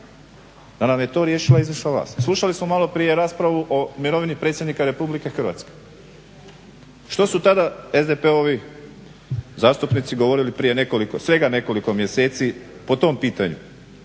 Da nam je to riješila izvršna vlast. Slušali smo maloprije raspravu o mirovini predsjednika RH. Što su tada SDP-ovi zastupnici govorili prije nekoliko, svega nekoliko mjeseci, po tom pitanju?